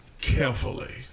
carefully